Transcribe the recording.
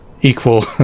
equal